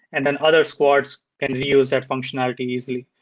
and then other squads and use that functionality easily.